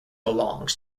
belongs